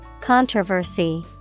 Controversy